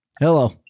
Hello